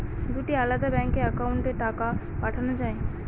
দুটি আলাদা ব্যাংকে অ্যাকাউন্টের টাকা পাঠানো য়ায়?